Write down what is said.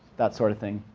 that sort of thing.